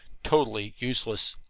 totally useless.